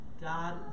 God